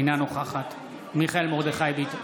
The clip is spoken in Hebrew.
אינה נוכחת מיכאל מרדכי ביטון,